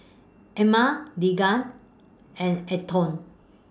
Emma Deegan and Antone